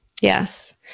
Yes